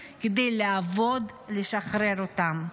מספיק, עובדת, כדי לשחרר אותם.